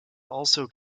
also